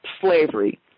slavery